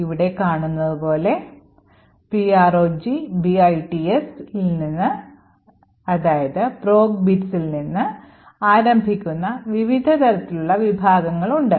ഇവിടെ കാണുന്നതു പോലെ PROGBITS ൽ നിന്ന് ആരംഭിക്കുന്ന വിവിധ തരത്തിലുള്ള വിഭാഗങ്ങളുണ്ട്